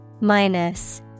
Minus